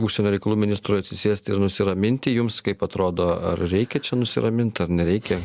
užsienio reikalų ministrui atsisėsti ir nusiraminti jums kaip atrodo ar reikia čia nusiramint ar nereikia